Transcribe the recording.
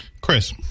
Chris